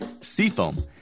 Seafoam